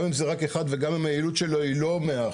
גם אם זה רק אחד וגם אם היעלות שלו היא לא 100%